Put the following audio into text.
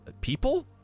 people